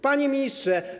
Panie Ministrze!